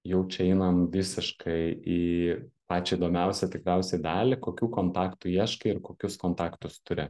jau čia einam visiškai į pačią įdomiausią tikriausiai dalį kokių kontaktų ieškai ir kokius kontaktus turi